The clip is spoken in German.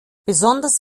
besonders